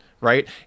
right